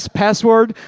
password